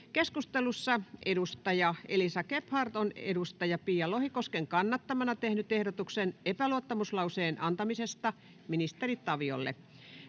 Keskustelussa edustaja Elisa Gebhard on edustaja Pia Lohikosken kannattamana tehnyt ehdotuksen epäluottamuslauseen antamisesta ministeri Taviolle.